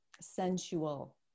sensual